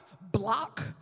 block